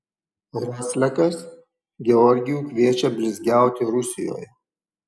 roslekas georgijų kviečia blizgiauti rusijoje